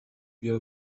بیا